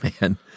man